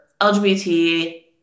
LGBT